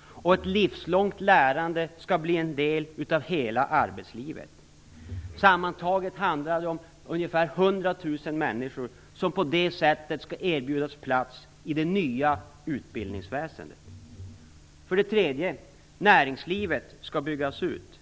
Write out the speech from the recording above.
och ett livslångt lärande skall bli en del av hela arbetslivet. Sammantaget handlar det om att ungefär 100 000 människor på det sättet skall erbjudas plats i det nya utbildningsväsendet. För det tredje: Näringslivet skall byggas ut.